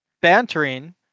bantering